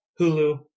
Hulu